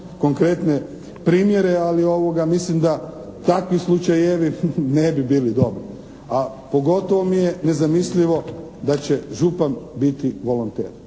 konkretne primjere ali mislim da takvi slučajevi ne bi bili dobri. A pogotovo mi je nezamislivo da će župan biti volonter.